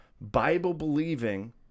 Bible-believing